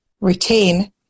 retain